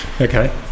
Okay